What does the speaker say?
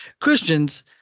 Christians